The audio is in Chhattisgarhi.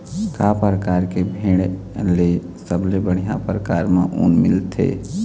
का परकार के भेड़ ले सबले बढ़िया परकार म ऊन मिलथे?